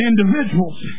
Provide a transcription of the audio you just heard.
individuals